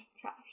Trash